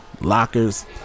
Lockers